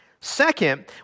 Second